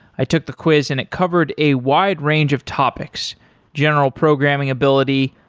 i took the quiz and it covered a wide range of topics general programming ability,